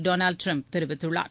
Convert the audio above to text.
Donald Trump தெரிவித்துள்ளார்